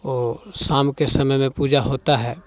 वो शाम के समय में पूजा होता है